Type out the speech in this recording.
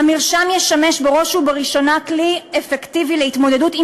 המרשם ישמש בראש ובראשונה כלי אפקטיבי להתמודדות עם